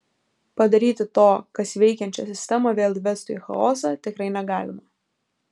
padaryti to kas veikiančią sistemą vėl įvestų į chaosą tikrai negalima